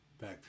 Back